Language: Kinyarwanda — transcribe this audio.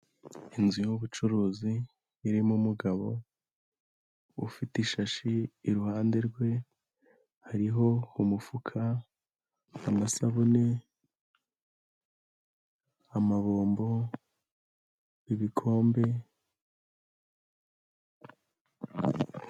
Inzu y'ubucuruzi irimo umugabo ufite ishashi iruhande rwe hariho umufuka, amasabune amabombo, ibikombe.